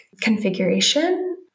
configuration